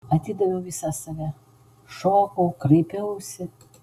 atidaviau visą save šokau kraipiausi